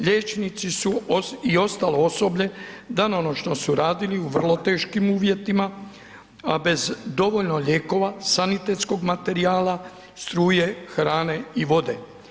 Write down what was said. Liječnici su i ostalo osoblje danonoćno su radili u vrlo teškim uvjetima, a bez dovoljno lijekova, sanitetskog materijala, struje, hrane i vode.